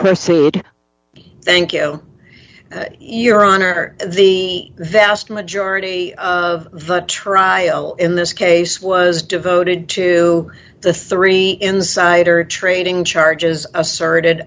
thank you your honor the vast majority of the trial in this case was devoted to the three insider trading charges asserted